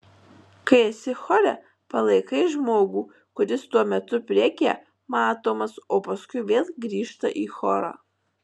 kai esi chore palaikai žmogų kuris tuo metu priekyje matomas o paskui vėl grįžta į chorą